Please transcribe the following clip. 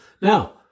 Now